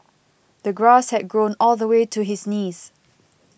the grass had grown all the way to his knees